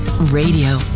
Radio